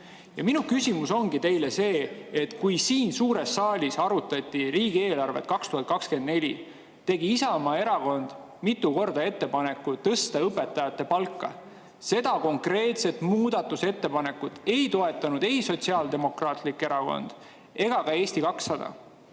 Minu küsimus teile on selle kohta, et kui siin suures saalis arutati 2024. aasta riigieelarvet, tegi Isamaa Erakond mitu korda ettepaneku tõsta õpetajate palka. Seda konkreetset muudatusettepanekut ei toetanud ei Sotsiaaldemokraatlik Erakond ega ka Eesti 200.